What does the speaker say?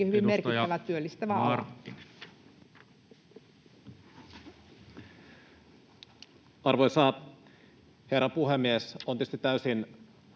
Arvoisa herra puhemies! On tietysti täysin